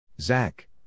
Zach